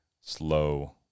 slow